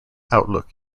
outlook